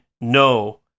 no